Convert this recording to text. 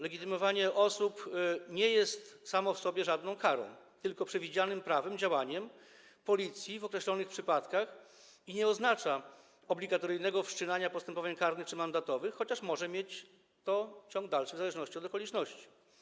Legitymowanie osób nie jest samo w sobie żadną karą, tylko jest przewidzianym prawem działaniem policji w określonych przypadkach i nie oznacza obligatoryjnego wszczynania postępowań karnych czy mandatowych, chociaż może mieć to ciąg dalszy w zależności od okoliczności.